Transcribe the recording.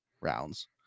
rounds